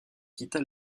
quitta